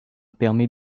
permet